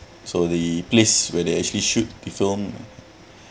so the place where they actually shoot the film